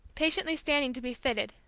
patiently standing to be fitted,